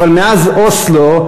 אבל מאז אוסלו,